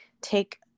take